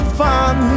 fun